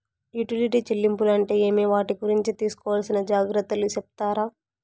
Utility చెల్లింపులు అంటే ఏమి? వాటి గురించి తీసుకోవాల్సిన జాగ్రత్తలు సెప్తారా?